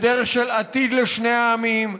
בדרך של עתיד לשני העמים,